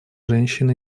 женщин